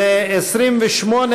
מוסרת.